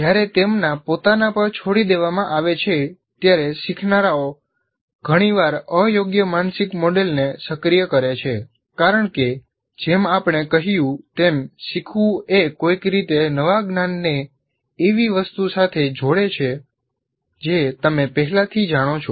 જ્યારે તેમના પોતાના પર છોડી દેવામાં આવે છે ત્યારે શીખનારાઓ ઘણીવાર અયોગ્ય માનસિક મોડેલને સક્રિય કરે છે કારણ કે જેમ આપણે કહ્યું તેમ શીખવું એ કોઈક રીતે નવા જ્ઞાનને એવી વસ્તુ સાથે જોડે છે જે તમે પહેલાથી જાણો છો